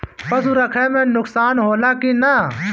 पशु रखे मे नुकसान होला कि न?